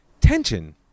tension